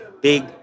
big